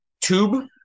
tube